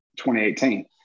2018